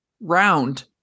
Round